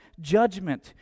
judgment